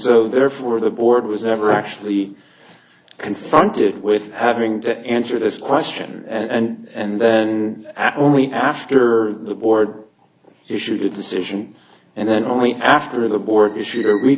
so therefore the board was never actually confronted with having to answer this question and and then after only after the board issued a decision and then only after the board issue